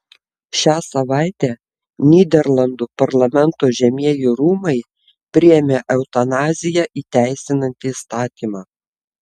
šią savaitę nyderlandų parlamento žemieji rūmai priėmė eutanaziją įteisinantį įstatymą